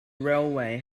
railway